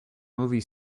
movie